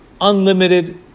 unlimited